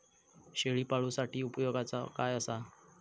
शेळीपाळूसाठी उपयोगाचा काय असा?